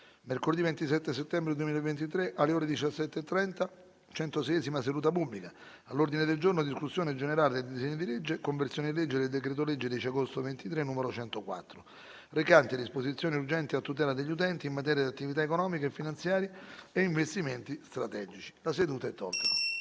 mercoledì 27 settembre, alle ore 17,30, con il seguente ordine del giorno: Discussione generale del disegno di legge: Conversione in legge del decreto-legge 10 agosto 2023, n. 104, recante disposizioni urgenti a tutela degli utenti, in materia di attività economiche e finanziarie e investimenti strategici (854) La seduta è tolta